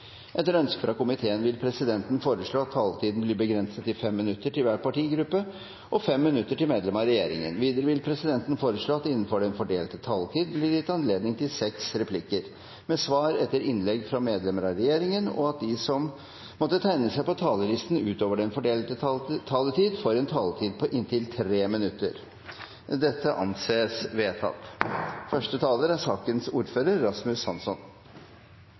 Etter ønske fra energi- og miljøkomiteen vil presidenten foreslå at taletiden blir begrenset til 5 minutter til hver partigruppe og 5 minutter til medlemmer av regjeringen. Videre vil presidenten foreslå at det blir gitt anledning til seks replikker med svar etter innlegg fra medlem av regjeringen innenfor den fordelte taletid, og at de som måtte tegne seg på talerlisten utover den fordelte taletid, får en taletid på inntil 3 minutter. – Det anses vedtatt. Dette er